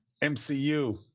mcu